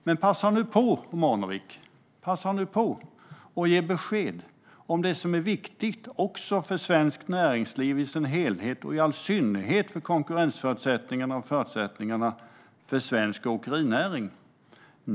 Men passa nu på, Jasenko Omanovic, att ge besked om det som är viktigt också för svenskt näringsliv i dess helhet och i all synnerhet för konkurrensförutsättningar och andra förutsättningar för svensk åkerinäring.